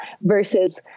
versus